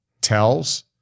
tells